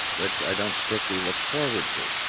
which i don't particularly look forward to.